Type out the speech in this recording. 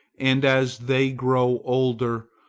and, as they grow older,